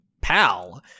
pal